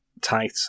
tight